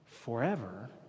forever